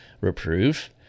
reproof